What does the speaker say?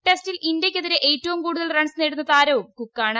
ടെസ്റ്റിൽ ഇന്ത്യയ്ക്കെതിരെ ഏറ്റവും കൂടുതൽ റൺസ് നേടുന്ന താരവും കുക്കാണ്